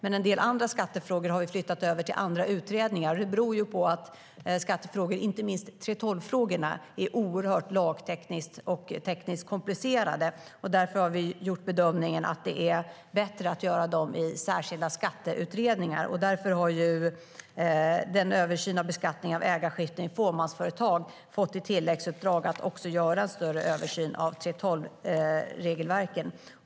En del andra skattefrågor har vi flyttat över till andra utredningar, och det beror på att skattefrågor, inte minst 3:12-frågorna, är oerhört lagtekniskt komplicerade. Vi har gjort bedömningen att det är bättre att göra dem i särskilda skatteutredningar, och därför har den utredning om översyn av beskattning vid ägarskiften i fåmansföretag fått i tilläggsuppdrag att också göra en större översyn av 3:12-regelverken.